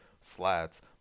slats